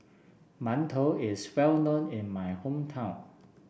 Mantou is well known in my hometown